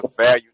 value